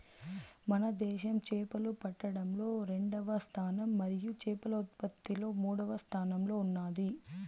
మన దేశం చేపలు పట్టడంలో రెండవ స్థానం మరియు చేపల ఉత్పత్తిలో మూడవ స్థానంలో ఉన్నాది